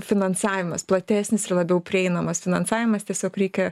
finansavimas platesnis ir labiau prieinamas finansavimas tiesiog reikia